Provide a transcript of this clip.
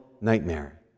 nightmare